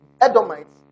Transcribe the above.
Edomites